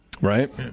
Right